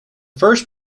first